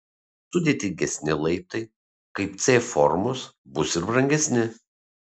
sudėtingesni laiptai kaip c formos bus ir brangesni